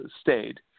stayed